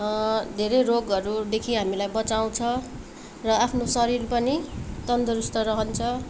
धेरै रोगहरूदेखि हामीलाई बचाउँछ र आफ्नो शरीर पनि तन्दरुस्त रहन्छ